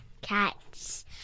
cats